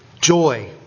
Joy